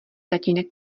tatínek